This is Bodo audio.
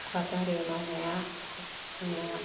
आबादारि मावनाया जोंना